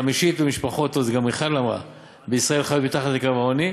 חמישית מהמשפחות בישראל חיות מתחת לקו העוני,